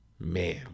man